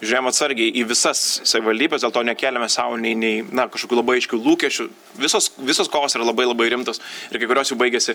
žiūrėjom atsargiai į visas savivaldybes dėl to nekėlėme sau nei nei na kažkokių labai aiškių lūkesčių visos visos kovos yra labai labai rimtos ir kai kurios jų baigėsi